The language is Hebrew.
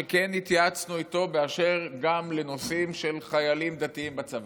כן התייעצנו איתו גם באשר לנושאים של חיילים דתיים בצבא,